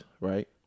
right